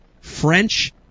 French